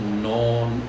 known